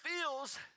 feels